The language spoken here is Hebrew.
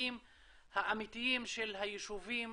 הצרכים האמיתיים של היישובים